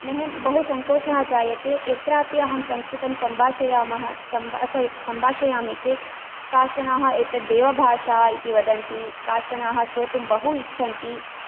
मह्यं बहु सन्तोषः जायते यत्रापि अहं संस्कृतं सम्भाषयामः सम्भा सारी सम्भाषयामि चेत् काश्चनाः एतत् देवभाषा इति वदन्ति काश्चनाः श्रोतुं बहु इच्छन्ति